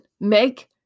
make